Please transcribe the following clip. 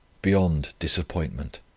beyond disappointment.